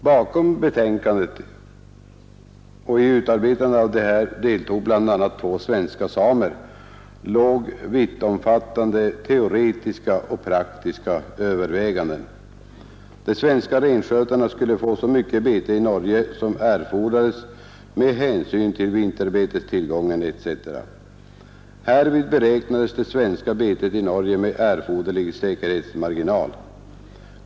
Bakom betänkandet — i utarbetande av detta deltog bl.a. två svenska samer — låg vittomfattande teoretiska och praktiska överväganden. De svenska renskötarna skulle få så mycket bete i Norge som erfordrades med hänsyn till vinterbetestillgången etc. Härvid beräknades det svenska betet i Norge med erforderlig säkerhetsmarginal.